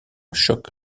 choc